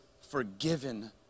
forgiven